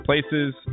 places